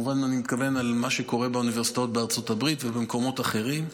אני כמובן מתכוון למה שקורה באוניברסיטאות בארצות הברית ובמקומות אחרים.